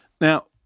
Now